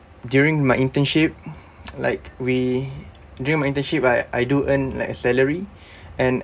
during my internship like we during my internship I I do earn like a salary and